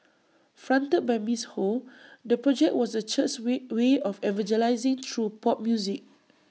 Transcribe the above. fronted by miss ho the project was the church's way way of evangelising through pop music